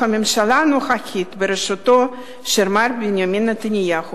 הממשלה הנוכחית בראשותו של מר בנימין נתניהו